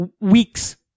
weeks